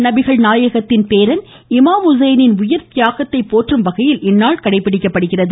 நபிகள் நாயகத்தின் பேரன் இமாம் உசைனின் உயிர் தியாகத்தை போற்றும் வகையில் இந்நாள் கடைபிடிக்கப்படுகிறது